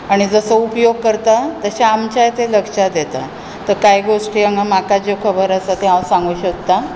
आनी जसो उपयोग करतां तशें आमच्यातय लक्षांत येतां सो कांय गोश्टी हांगा म्हाका जे खबर आसा ते हांव सांगू शकतां